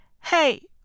hey